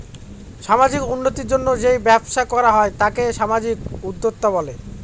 সামাজিক উন্নতির জন্য যেই ব্যবসা করা হয় তাকে সামাজিক উদ্যোক্তা বলে